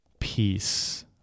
Peace